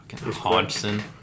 Hodgson